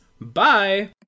Bye